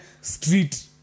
street